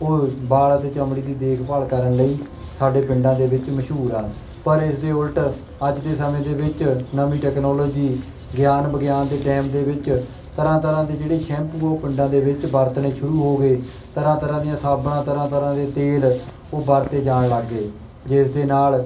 ਉਹ ਵਾਲ ਅਤੇ ਚਮੜੀ ਦੀ ਦੇਖਭਾਲ ਕਰਨ ਲਈ ਸਾਡੇ ਪਿੰਡਾਂ ਦੇ ਵਿੱਚ ਮਸ਼ਹੂਰ ਹਨ ਪਰ ਇਸ ਦੇ ਉਲਟ ਅੱਜ ਦੇ ਸਮੇਂ ਦੇ ਵਿੱਚ ਨਵੀਂ ਟੈਕਨੋਲੋਜੀ ਗਿਆਨ ਵਿਗਿਆਨ ਦੇ ਟਾਈਮ ਦੇ ਵਿੱਚ ਤਰ੍ਹਾਂ ਤਰ੍ਹਾਂ ਦੇ ਜਿਹੜੇ ਸ਼ੈਂਪੂ ਹੈ ਉਹ ਪਿੰਡਾਂ ਦੇ ਵਿੱਚ ਵਰਤਣੇ ਸ਼ੁਰੂ ਹੋ ਗਏ ਤਰ੍ਹਾਂ ਤਰ੍ਹਾਂ ਦੀਆਂ ਸਾਬਣਾਂ ਤਰ੍ਹਾਂ ਤਰ੍ਹਾਂ ਦੇ ਤੇਲ ਉਹ ਵਰਤੇ ਜਾਣ ਲੱਗ ਗਏ ਜਿਸ ਦੇ ਨਾਲ